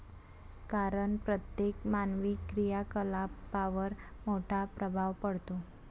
कारण प्रत्येक मानवी क्रियाकलापांवर मोठा प्रभाव पडतो